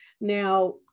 Now